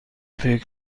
فکر